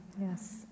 Yes